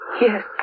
Yes